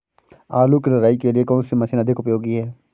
आलू की निराई के लिए कौन सी मशीन अधिक उपयोगी है?